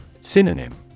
Synonym